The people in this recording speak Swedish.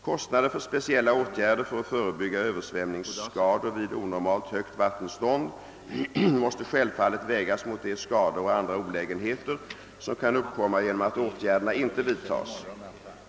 Kostnader för speciella åtgärder för att förebygga översvämningsskador vid onormalt högt vattenstånd måste självfallet vägas mot de skador och andra olägenheter som kan uppkomma genom att åtgärderna inte vidtas.